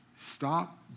Stop